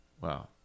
Wow